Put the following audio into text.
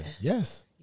Yes